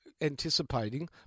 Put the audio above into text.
anticipating